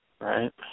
right